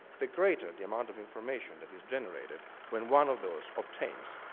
the greater the amount of information that is generated when one of those obtains,